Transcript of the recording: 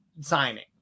signing